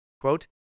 Quote